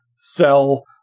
sell